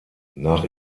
nach